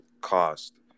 cost